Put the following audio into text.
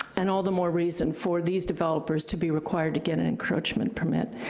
and all the more reason for these developers to be required to get an encroachment permit.